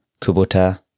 Kubota